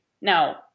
Now